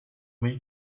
may